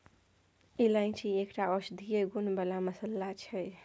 इलायची एकटा औषधीय गुण बला मसल्ला छै